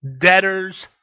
Debtors